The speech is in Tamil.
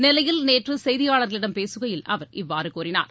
நெல்லையில் நேற்று செய்தியாளர்களிடம் பேசுகையில் அவர் இவ்வாறு கூறினார்